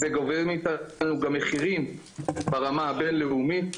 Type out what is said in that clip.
זה גובה מאיתנו גם מחירים ברמה הבינלאומית,